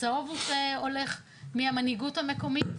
הצהוב הולך, מהמנהיגות המקומית,